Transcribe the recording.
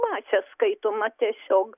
mase skaitoma tiesiog